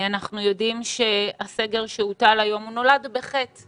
אנחנו יודעים שהסגר שהוטל היום נולד בחטא